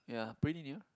yeah pretty near